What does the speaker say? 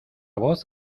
voz